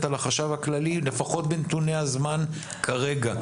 על החשב הכללי לפחות בנתוני הזמן כרגע,